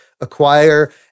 acquire